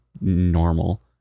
normal